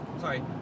sorry